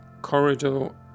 corridor